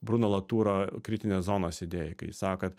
bruno latūro kritinės zonos idėja kai jis sako kad